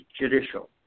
judicial